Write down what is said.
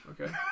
okay